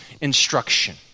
instruction